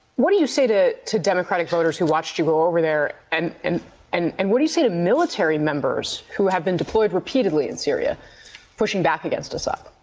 what do you say to to democratic voters who watched you over there, and and and and what do you say to military members who have been deployed repeatedly in syria pushing back against assad?